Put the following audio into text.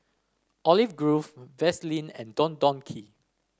Olive Grove Vaseline and Don Donki